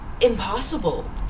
impossible